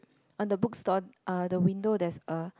on the book store uh the window there's a